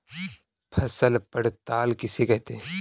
फसल पड़ताल किसे कहते हैं?